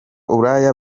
uburaya